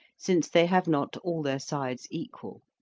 since they have not all their sides equal.